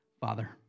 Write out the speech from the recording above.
Father